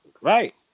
Right